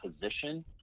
position